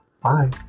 Bye